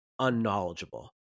unknowledgeable